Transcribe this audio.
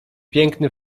piękny